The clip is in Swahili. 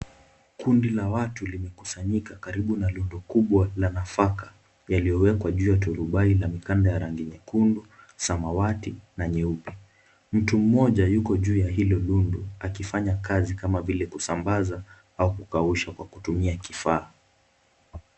Kundi la watu limekusanyika karibu na rundo kubwa la nafaka, yaliyowekwa juu ya turubai ndani ya mikanda nyekundu, samawati na nyeupe. Mtu mmoja yuko juu ya hilo lundo akifanya kazi kama vile kusambaza au kukausha kifaa.